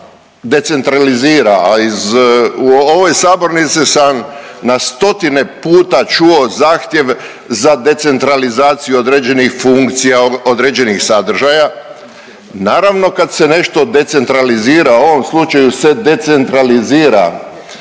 u ovoj sabornici sam na stotine puta čuo zahtjev za decentralizaciju određenih funkcija, određenih sadržaja.